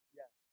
yes